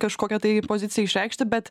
kažkokią tai poziciją išreikšti bet